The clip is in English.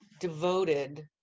devoted